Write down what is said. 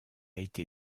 été